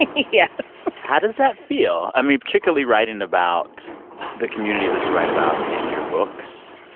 yeah how does that feel? i mean, particularly writing about the communities that you write about in your books,